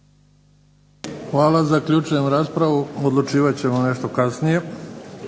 Hvala. Zaključujem raspravu, odlučivati ćemo nešto kasnije.